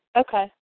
Okay